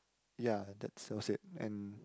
ya that's that was it and